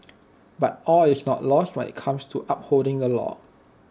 but all is not lost when IT comes to upholding the law